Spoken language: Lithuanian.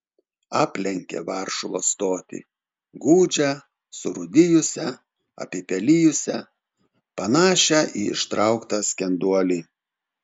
aplenkė varšuvos stotį gūdžią surūdijusią apipelijusią panašią į ištrauktą skenduolį